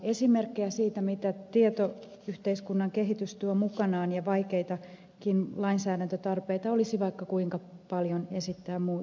esimerkkejä siitä miten tietoyhteiskunnan kehitys tuo mukanaan vaikeitakin lainsäädäntötarpeita olisi vaikka kuinka paljon esittää muutenkin